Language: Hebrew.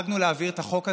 להעביר את החוק הזה,